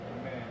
Amen